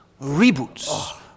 Reboots